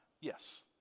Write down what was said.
Yes